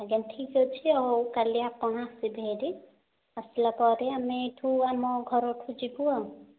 ଆଜ୍ଞା ଠିକ ଅଛି ଆପଣ କାଲି ଆସିବେ ହେରି ଆସିଲା ପରେ ଆମେ ଏଠୁ ଆମ ଘରଠୁ ଯିବୁ ଆଉ